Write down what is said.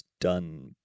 done